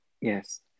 yes